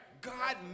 God